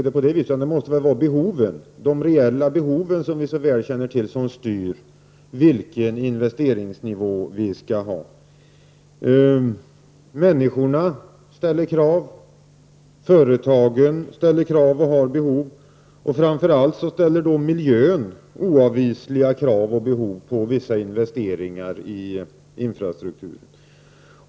Det måste väl vara de reella behoven som styr vilken investeringsnivå vi skall ha. Människorna ställer krav, företagen ställer krav och har behov, och framför allt har miljön behov och ställer oavvisliga krav på investeringar i infrastrukturen.